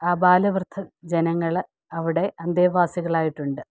ആബാല വൃദ്ധ ജനങ്ങൾ അവിടെ അന്തേവാസികളായിട്ടുണ്ട്